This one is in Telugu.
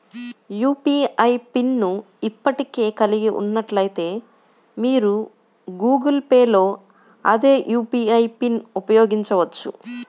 యూ.పీ.ఐ పిన్ ను ఇప్పటికే కలిగి ఉన్నట్లయితే, మీరు గూగుల్ పే లో అదే యూ.పీ.ఐ పిన్ను ఉపయోగించవచ్చు